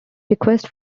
request